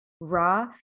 raw